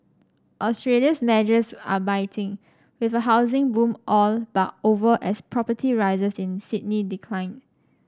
Australia's measures are biting with a housing boom all but over as property in Sydney decline